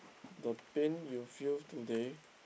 the pain you feel today